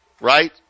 right